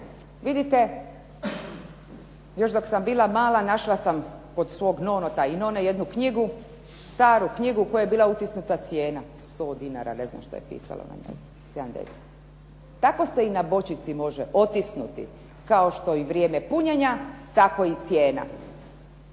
Vidite, još dok sam bila mala našla sam kod svog nonota i none jednu knjigu, staru knjigu u koju je bila utisnuta cijena 100 dinara ili ne znam što je pisalo na njemu. Tako se i na bočici može otisnuti kao što i vrijeme punjenja tako i cijena